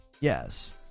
yes